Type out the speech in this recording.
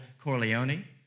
Corleone